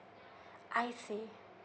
I see